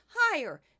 higher